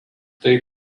tai